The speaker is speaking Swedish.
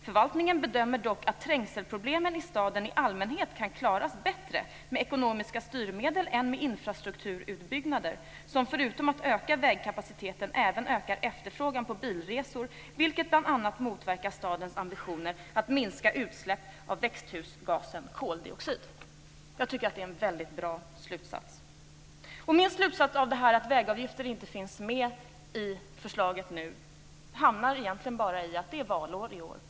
Förvaltningen bedömer dock att trängselproblemen i staden i allmänhet kan klaras bättre med ekonomiska styrmedel än med infrastrukturutbyggnader, som förutom att de ökar vägkapaciteten även ökar efterfrågan på bilresor, vilket bl.a. motverkar stadens ambitioner att minska utsläpp av växthusgasen koldioxid. Jag tycker att det är en väldigt bra slutsats. Min slutsats av detta med att vägavgifterna nu inte finns med i förslaget är att det egentligen handlar om att det är valår i år.